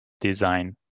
Design